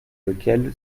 lequel